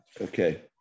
Okay